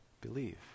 believe